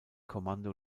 kommando